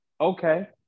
Okay